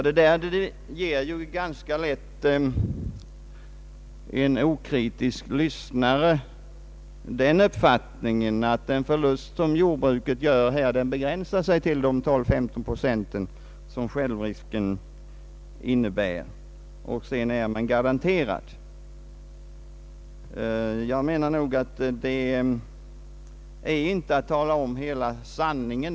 Detta ger ganska lätt en okritisk lyssnare den uppfattningen att den förlust som jordbruket gör i detta fall begränsar sig till de 12—15 procent som självrisken innebär. Resten har man garantier för. Jag anser att detta inte är att tala om hela sanningen.